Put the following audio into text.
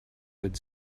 would